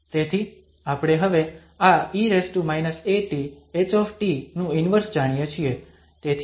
તેથી આપણે હવે આ e at H નું ઇન્વર્સ જાણીએ છીએ